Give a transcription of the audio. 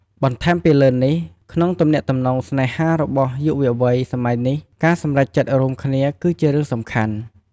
បន្ថែមពីលើនេះ ក្នុងទំនាក់ទំនងស្នេហារបស់យុវវ័យសម័យនេះ ការសម្រេចចិត្តរួមគ្នា គឺជារឿងសំខាន់។